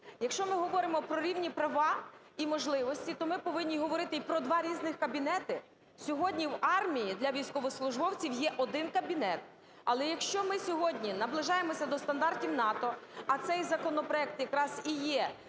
Якщо ми говоримо про рівні права і можливості, то ми повинні говорити і про два різні кабінети. Сьогодні в армії для військовослужбовців є один кабінет, але, якщо ми сьогодні наближаємося до стандартів НАТО, а цей законопроект якраз і є